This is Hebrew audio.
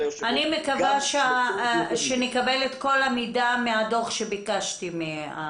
אני מקווה שנקבל את כל המידע מהדוח שביקשתי.